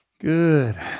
Good